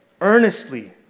earnestly